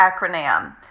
acronym